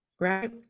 right